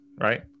right